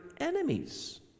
enemies